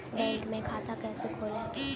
Bank में खाता कैसे खोलें?